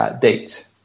Date